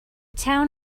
town